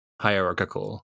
hierarchical